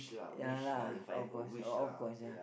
ya lah of course of of course ya